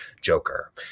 Joker